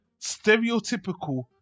stereotypical